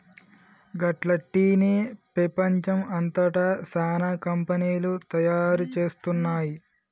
గట్ల టీ ని పెపంచం అంతట సానా కంపెనీలు తయారు చేస్తున్నాయి